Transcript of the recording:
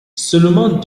seulement